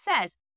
says